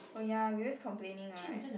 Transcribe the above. oh ya we always complaining [right]